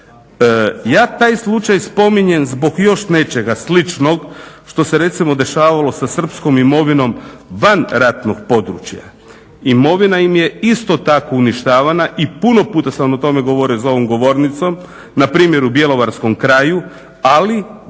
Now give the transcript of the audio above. Ja taj slučaj spominjem zbog nečega sličnog što se recimo dešavalo sa srpskom imovinom van ratnog područja. Imovina im je isto tako uništavana i puno puta sam vam o tome govorio za ovom govornicom. Npr. u Bjelovarskom kraju ali država